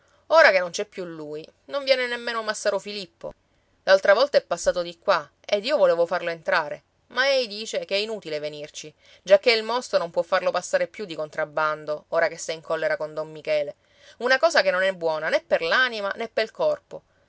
ora che non c'è più lui non viene nemmeno massaro filippo l'altra volta è passato di qua ed io volevo farlo entrare ma ei dice che è inutile venirci giacché il mosto non può farlo passare più di contrabbando ora che sei in collera con don michele una cosa che non è buona né per l'anima né pel corpo